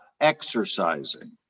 exercising